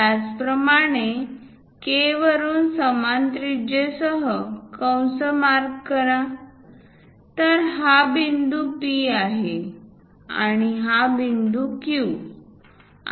त्याचप्रमाणे K वरुन समान त्रिज्यासह कंस मार्क करा तर हा बिंदू P आहे आणि हा बिंदू Q